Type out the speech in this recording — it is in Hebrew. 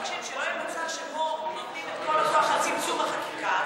אנחנו רק מבקשים שלא יהיה מצב שבו נותנים את כל הכוח לצמצום החקיקה,